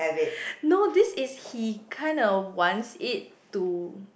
no this is he kind of wants it to